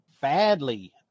badly